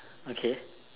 okay